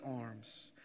arms